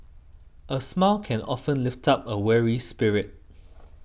a smile can often lift up a weary spirit